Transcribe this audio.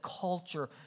culture